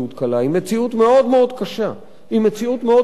היא מציאות מאוד מאוד קשה, היא מציאות מאוד קשה.